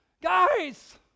Guys